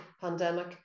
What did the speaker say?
pandemic